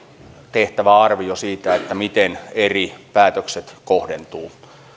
tehtävä arvio siitä miten eri päätökset kohdentuvat